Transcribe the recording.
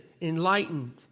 enlightened